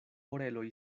oreloj